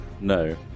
No